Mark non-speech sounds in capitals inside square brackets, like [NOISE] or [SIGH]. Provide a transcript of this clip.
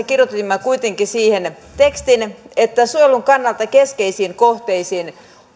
[UNINTELLIGIBLE] kirjoitimme kuitenkin siihen tekstin että suojelun kannalta keskeisiin kohteisiin